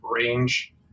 Range